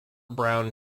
brown